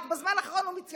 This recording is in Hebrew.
רק בזמן האחרון הוא מתייפייף,